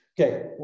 Okay